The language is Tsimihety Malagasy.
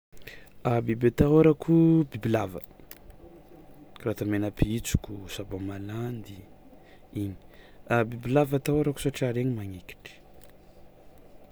Biby atahaorakoo, bibilava, karaha ataon'ny menapitsokoo; sabaoha malandyy igny bibilava atahaorako satrià regny magnekitry.